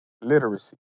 literacy